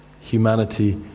humanity